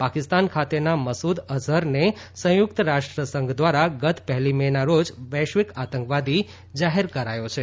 પાકિસ્તાન ખાતેના મસૂદ અઝહરને સંયુક્ત રાષ્ટ્રસંઘ દ્વારા ગત પહેલી મે ના રોજ વૈશ્વિક આતંકવાદી જાહેર કરાયો છે